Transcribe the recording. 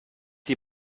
die